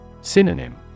Synonym